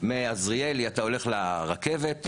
מעזריאלי אתה הולך לרכבת,